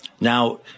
Now